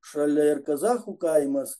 šalia ir kazachų kaimas